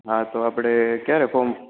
આ તો આપણે ક્યારે ફોર્મ